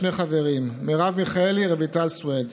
שני חברים: מרב מיכאלי ורויטל סויד,